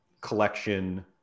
collection